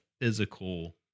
physical